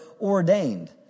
ordained